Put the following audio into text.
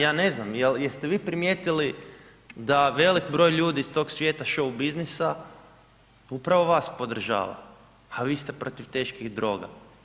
Jel ja, ja ne znam, jel, jeste vi primijetili da velik broj ljudi iz tog svijeta šou biznisa upravo vas podržava, a vi ste protiv teških droga?